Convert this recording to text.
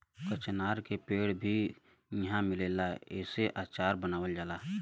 कचनार के पेड़ भी इहाँ मिलेला एसे अचार बनावल जाला